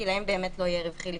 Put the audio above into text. כי להן לא יהיה רווחי לפתוח.